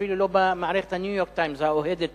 ואפילו לא במערכת ה"ניו-יורק טיימס" האוהדת